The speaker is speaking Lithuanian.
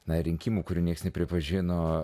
na rinkimų kurių niekas nepripažino